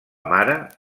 mare